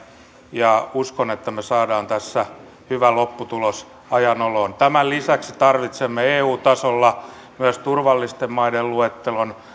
ja uskon että me saamme tässä hyvän lopputuloksen ajan oloon tämän lisäksi tarvitsemme eu tasolla myös turvallisten maiden luettelon